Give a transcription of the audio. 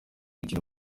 gukina